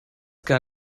gar